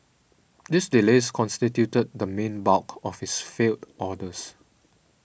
these delays constituted the main bulk of its failed orders